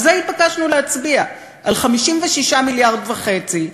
על זה התבקשנו להצביע, על 56.5 מיליארד,